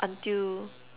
until